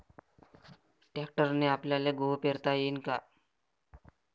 ट्रॅक्टरने आपल्याले गहू पेरता येईन का?